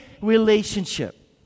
relationship